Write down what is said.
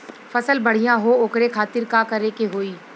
फसल बढ़ियां हो ओकरे खातिर का करे के होई?